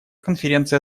конференция